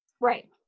Right